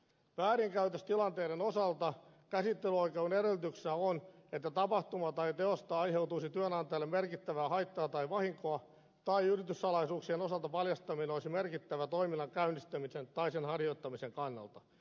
väärinkäytöstilanteiden osalta käsittelyoikeuden edellytyksenä on että tapahtumasta tai teosta aiheutuisi työnantajalle merkittävää haittaa tai vahinkoa tai yrityssalaisuuksien osalta paljastaminen olisi merkittävä toiminnan käynnistämisen tai sen harjoittamisen kannalta